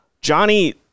Johnny